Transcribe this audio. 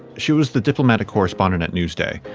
she was the diplomatic correspondent at newsday,